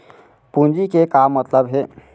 पूंजी के का मतलब हे?